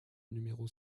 numéro